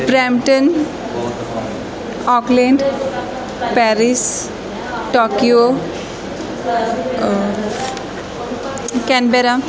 Brampton Auckland Paris Tokyo Canberra